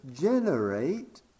generate